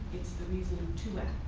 it's the reason to act.